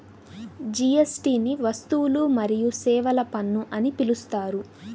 జీఎస్టీని వస్తువులు మరియు సేవల పన్ను అని పిలుస్తారు